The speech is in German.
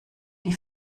die